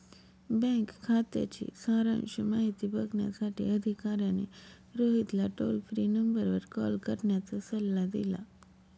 bank खात्याची सारांश माहिती बघण्यासाठी अधिकाऱ्याने रोहितला टोल फ्री नंबरवर कॉल करण्याचा सल्ला दिला